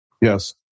yes